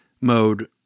mode